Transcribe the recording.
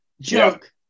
joke